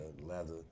leather